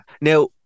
Now